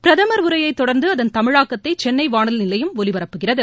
பிரதம் உரையைத் தொடர்ந்து அதன் தமிழாக்கத்தை சென்னை வானொலி நிலையம் ஒலிபரப்புகிறது